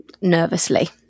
nervously